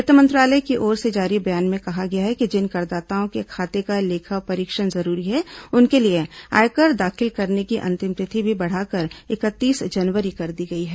वित्त मंत्रालय की ओर से जारी बयान में कहा गया है कि जिन करदाताओं के खाते का लेखा परीक्षण जरूरी है उनके लिए आयकर दाखिल करने की अंतिम तिथि भी बढ़ाकर इकतीस जनवरी कर दी गई है